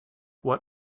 what